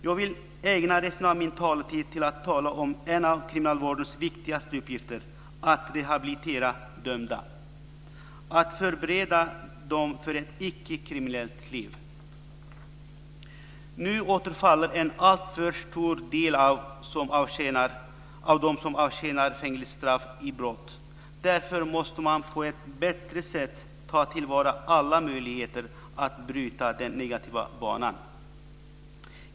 Jag vill ägna resten av min talartid åt att tala om en av kriminalvårdens viktigaste uppgifter, nämligen att rehabilitera dömda och att förbereda dem för ett icke-kriminellt liv. Nu återfaller en alltför stor del av dem som avtjänar fängelsestraff i brott. Därför måste man på ett bättre sätt ta till vara alla möjligheter att bryta den negativa banan.